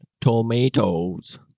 Tomatoes